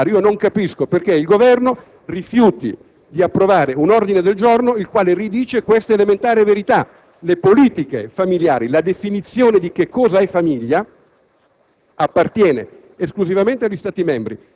negli elettorati verso l'Unione Europea. Signor Sottosegretario, non capisco perché il Governo rifiuti di approvare un ordine del giorno che dice queste elementari verità: le politiche familiari e la definizione di cosa sia famiglia